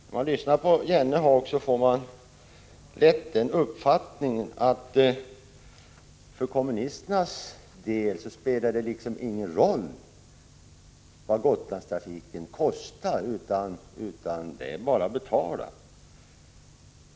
Om man lyssnar på Jan Jennehag får man lätt den uppfattningen att det för kommunisternas del inte spelar någon roll vad Gotlandstrafiken kostar — det är bara att betala.